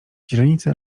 źrenice